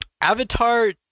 Avatar